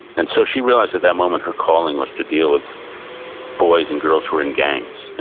and so she realized at that moment her calling was to deal with boys and girls who were in gangs.